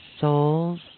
souls